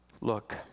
Look